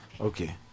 Okay